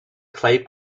clay